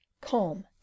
calm